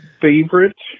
favorite